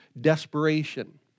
desperation